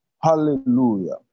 Hallelujah